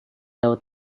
tahu